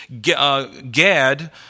Gad